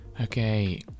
Okay